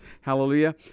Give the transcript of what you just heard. hallelujah